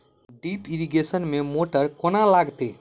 Drip irrigation मे motor केँ लागतै?